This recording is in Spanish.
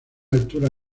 altura